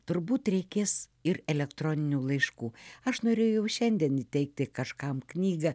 turbūt reikės ir elektroninių laiškų aš norėjau šiandien įteikti kažkam knygą